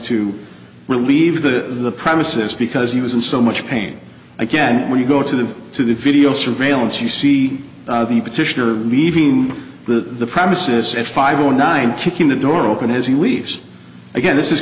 to relieve the premises because he was in so much pain again when you go to the to the video surveillance you see the petitioner leaving the premises at five hundred nine kicking the door open as he leaves again this is